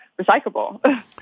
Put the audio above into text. recyclable